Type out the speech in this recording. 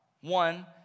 One